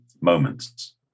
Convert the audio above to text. moments